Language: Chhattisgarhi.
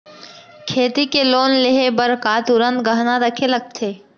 खेती के लोन लेहे बर का तुरंत गहना रखे लगथे?